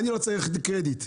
אני לא צריך קרדיט.